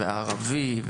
והערבי,